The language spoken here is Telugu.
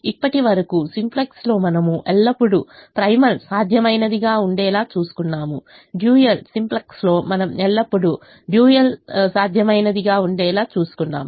ఇప్పటి వరకు సింప్లెక్స్లో మనము ఎల్లప్పుడూ ప్రైమల్ సాధ్యమైనది గా ఉండేలా చూసుకున్నాము డ్యూయల్ సింప్లెక్స్లో మనము ఎల్లప్పుడూ డ్యూయల్ సాధ్యమైనది గా ఉండేలా చూసుకున్నాము